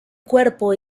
cuerpo